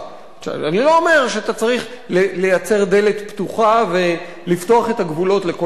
אני לא אומר שאתה צריך לייצר דלת פתוחה ולפתוח את הגבולות לכל הכיוונים.